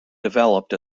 developed